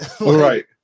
Right